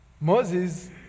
Moses